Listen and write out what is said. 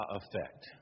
effect